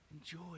Enjoy